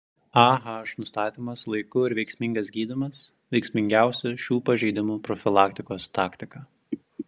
ah nustatymas laiku ir veiksmingas gydymas veiksmingiausia šių pažeidimų profilaktikos taktika